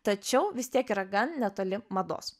tačiau vis tiek yra gan netoli mados